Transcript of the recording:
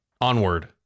Onward